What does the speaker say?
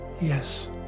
Yes